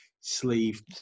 sleeve